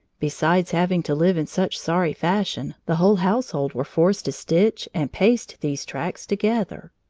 besides having to live in such sorry fashion, the whole household were forced to stitch and paste these tracts together.